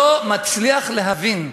לא מצליח להבין.